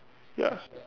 ya